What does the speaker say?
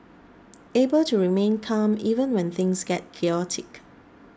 able to remain calm even when things get chaotic